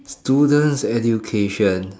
students education